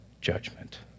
judgment